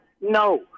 No